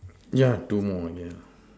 yeah two more yeah